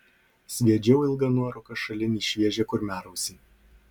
sviedžiau ilgą nuorūką šalin į šviežią kurmiarausį